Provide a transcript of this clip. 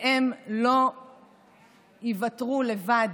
והם לא ייוותרו לבד.